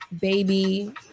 baby